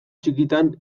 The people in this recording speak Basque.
txikitan